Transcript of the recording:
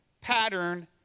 pattern